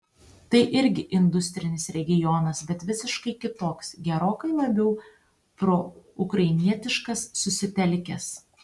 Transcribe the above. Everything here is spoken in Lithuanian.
tai irgi industrinis regionas bet visiškai kitoks gerokai labiau proukrainietiškas susitelkęs